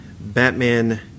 Batman